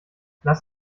lass